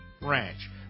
Ranch